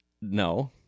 No